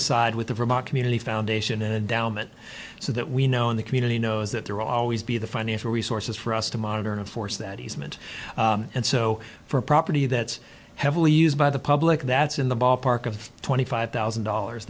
aside with the vermont community foundation and down it so that we know in the community knows that there will always be the financial resources for us to monitor and force that easement and so for a property that's heavily used by the public that's in the ballpark of twenty five thousand dollars